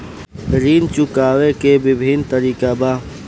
ऋण चुकावे के विभिन्न तरीका का बा?